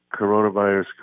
coronavirus